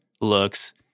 looks